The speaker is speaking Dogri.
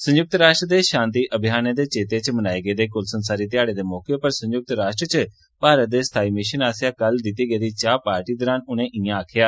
संयुक्त राष्ट्र दे शांति अभेयानें दे चेते च मनाये गेदे कुल संसारी घेआड़े दे मौके उप्पर संयुक्त राष्ट्र च भारत दे स्थाई भिशन आस्सेआ कल दित्ती गेदी चाह् पार्टी दरान उनें इयां आक्खेआ